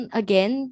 again